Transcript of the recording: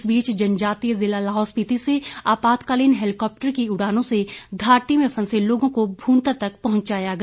इस बीच जनजातीय जिला लाहौल स्पीति से आपातकालीन हैलीकाप्टर की उड़ानों से घाटी में फंसे लोगों को भूंतर तक पहुंचाया गया